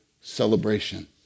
celebration